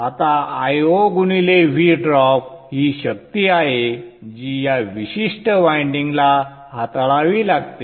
आता Io गुणिले V drop ही शक्ती आहे जी या विशिष्ट वायंडिंगला हाताळावी लागते